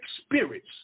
spirits